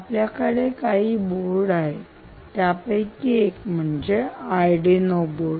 आपल्याकडे काही बोर्ड आहे आहेत त्यापैकी एक म्हणजे आरडीनो बोर्ड